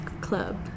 club